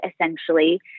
essentially